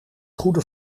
goede